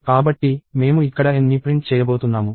కాబట్టి మేము ఇక్కడ N ని ప్రింట్ చేయబోతున్నాము